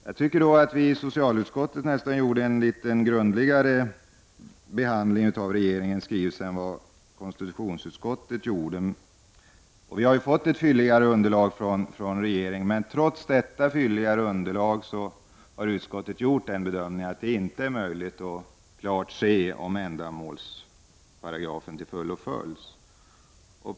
Jag anser att vi i socialutskottet behandlade regeringens skrivelse grundligare än vad konstitutionsutskottet gjorde. Vi har fått ett fylligt underlag från regeringen, men trots det har utskottet gjort bedömningen att det inte är möjligt att klart se om ändamålsparagrafen till fullo följs.